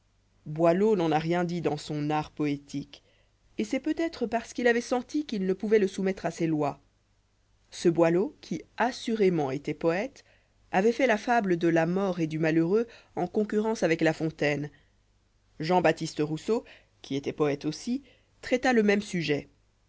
boileau n'en a rien dit dans son art poétique et c'est peut-être parce qu'il avoit senti qu'il ne pouvoit le soumettre à ses lois ce boileau qui assurément étoit poëte avoit fait la fable de la mort'et du malheureux en concurrence avec la fontaine j b rousseau qui étoit poëte aussi traita le même sujet